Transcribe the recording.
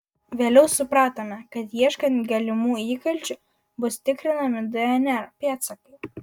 vėliau supratome kad ieškant galimų įkalčių bus tikrinami dnr pėdsakai